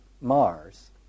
Mars